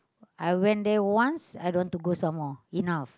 I went there once I don't want to go some more enough